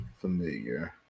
familiar